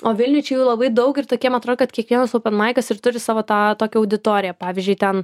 o vilniuj čia labai daug ir tokiems atrodo kad kiekvienas openmaikas ir turi savo tą tokią auditoriją pavyzdžiui ten